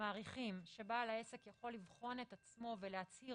מעריכים שבעל העסק יכול לבחון את עצמו ולהצהיר,